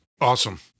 Awesome